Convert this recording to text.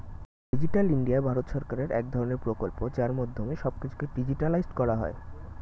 digital India ভারত সরকারের এক ধরণের প্রকল্প যার মাধ্যমে সব কিছুকে ডিজিটালাইসড করা হয়